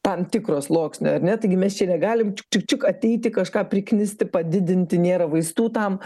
tam tikro sluoksnio ane taigi mes čia negalim čik čik ateiti kažką priknisti padidinti nėra vaistų tam